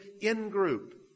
in-group